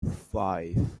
five